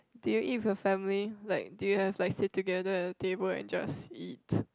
do you eat with your family like do you have like just sit together at a table and just eat